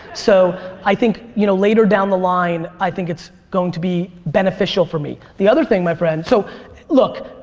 so i think you know later down the line i think it's going to be beneficial for me. the other thing, my friend, so look,